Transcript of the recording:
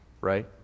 Right